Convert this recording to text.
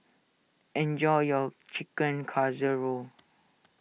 enjoy your Chicken Casserole